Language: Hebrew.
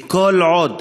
וכל עוד